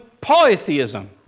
polytheism